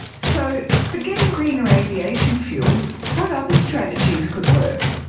so, forgetting greener aviation fuels, what other strategies could work?